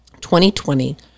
2020